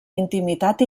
intimitat